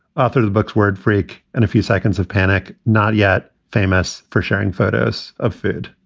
author of the book word freak and a few seconds of panic. not yet famous for sharing photos of food,